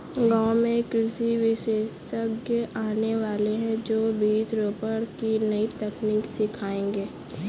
गांव में कृषि विशेषज्ञ आने वाले है, जो बीज रोपण की नई तकनीक सिखाएंगे